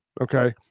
Okay